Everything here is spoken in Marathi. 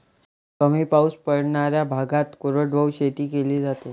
कमी पाऊस पडणाऱ्या भागात कोरडवाहू शेती केली जाते